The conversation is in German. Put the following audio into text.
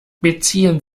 beziehen